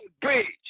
bridge